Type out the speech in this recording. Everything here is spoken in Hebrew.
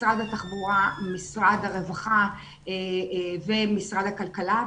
משרד התחבורה, משרד הרווחה ומשרד הכלכלה.